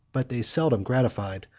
but they seldom gratified,